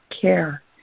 care